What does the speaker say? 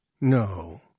No